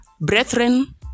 Brethren